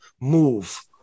move